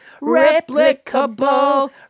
Replicable